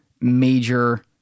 major